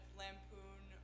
lampoon